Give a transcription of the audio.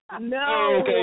No